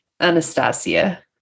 Anastasia